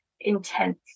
intense